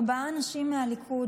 ארבעה אנשים מהליכוד,